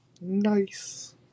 Nice